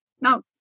Now